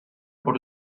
por